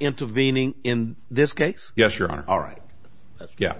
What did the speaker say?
intervening in this case yes your honor all right yeah